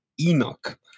Enoch